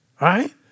Right